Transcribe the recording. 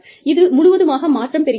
இது முழுவதுமாக மாற்றம் பெறுகிறது